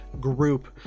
group